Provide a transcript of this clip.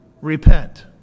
Repent